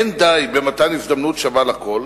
אין די במתן הזדמנות שווה לכול.